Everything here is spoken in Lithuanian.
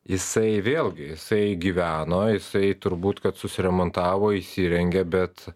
jisai vėlgi jisai gyveno jisai turbūt kad susiremontavo įsirengė bet